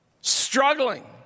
struggling